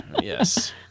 Yes